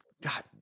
God